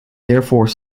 therefore